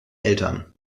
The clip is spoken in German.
eltern